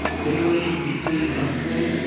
daily, weekly, monthly?